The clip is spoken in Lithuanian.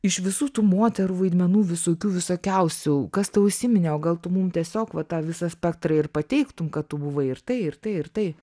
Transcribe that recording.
iš visų tų moterų vaidmenų visokių visokiausių kas tau įsiminė o gal tu mum tiesiog va tą visą spektrą ir pateiktum kad tu buvai ir tai ir tai ir tai